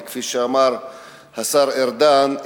וכפי שאמר השר ארדן,